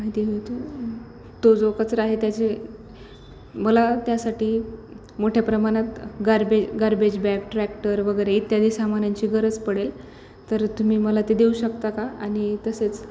माहिती होती तो जो कचरा आहे त्याचे मला त्यासाठी मोठ्या प्रमाणात गार्बेज गार्बेज बॅग ट्रॅक्टर वगैरे इत्यादी सामानांची गरज पडेल तर तुम्ही मला ते देऊ शकता का आणि तसेच